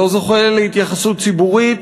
לא זוכה להתייחסות ציבורית,